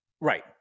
right